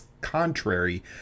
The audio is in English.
contrary